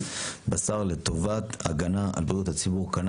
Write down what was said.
לא פורסם באתר האינטרנט של המשרד כוונה אחרת?